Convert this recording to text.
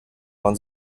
waren